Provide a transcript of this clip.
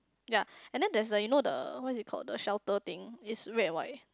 ya and then there's the you know the what is it called the shelter thing is red white